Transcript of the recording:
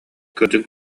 кырдьык